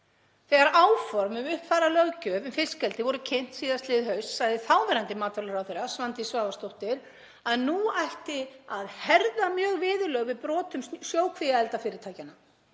Þegar áform um uppfærða löggjöf um fiskeldi voru kynnt síðastliðið haust sagði þáverandi matvælaráðherra, Svandís Svavarsdóttir, að nú ætti að herða mjög viðurlög við brotum sjókvíaeldisfyrirtækjanna.